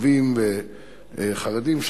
ערבים וחרדים,